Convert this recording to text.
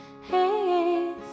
hey